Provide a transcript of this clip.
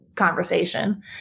conversation